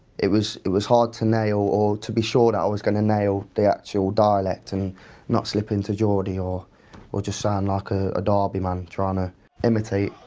it was it was hard to nail, or to be sure that i was going to nail the actual dialect and not slip into geordie or or just sound like a derby man trying to imitate.